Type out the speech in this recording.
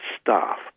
staff